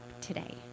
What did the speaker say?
today